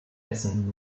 dessen